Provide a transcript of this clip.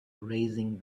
raising